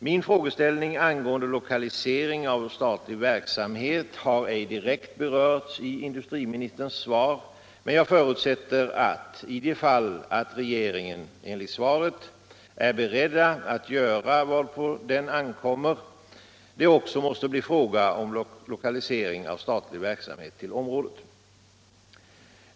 Min frågeställning angående lokalisering av statlig verksamhet har ej direkt berörts i industriministerns svar, men jag förutsätter att, i det fall regeringen enligt svaret är beredd att ”göra vad på den ankommer”, det då också måste bli fråga om lokalisering av statlig verksamhet till området.